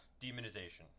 Demonization